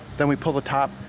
then we pull the top,